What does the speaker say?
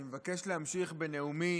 אני מבקש להמשיך בנאומי